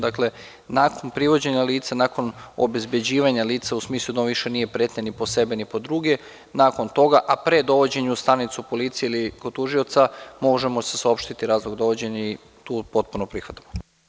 Dakle, nakon privođenja lica, nakon obezbeđivanja lica u smislu da on višenije pretnja ni po sebe ni po druge nakon toga, a pre dovođenja u stanicu policije ili kod tužioca može mu se saopštiti razlog dovođenja i tu potpuno prihvatamo.